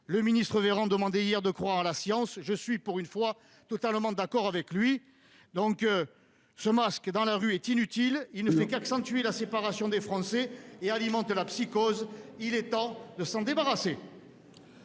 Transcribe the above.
Le ministre Véran nous demandait hier de croire à la science : je suis, pour une fois, totalement d'accord avec lui. Le port du masque dans la rue est inutile : il ne fait qu'accentuer la séparation des Français et alimenter la psychose. Il est temps de s'en débarrasser.